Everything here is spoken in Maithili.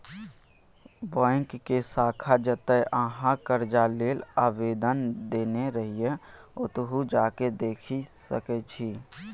बैकक शाखा जतय अहाँ करजा लेल आवेदन देने रहिये ओतहु जा केँ देखि सकै छी